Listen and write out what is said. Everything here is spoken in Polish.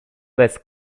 bez